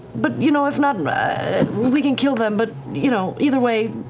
but you know if not we can kill them, but you know, either way,